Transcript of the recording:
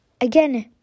again